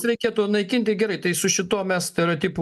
reikėtų naikinti gerai tai su šituo mes stereotipu